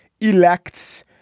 elects